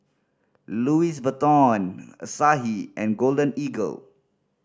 Louis Vuitton Asahi and Golden Eagle